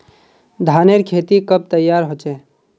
धानेर खेती कब तैयार होचे?